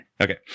Okay